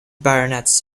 baronets